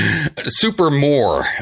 Supermore